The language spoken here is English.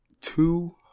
two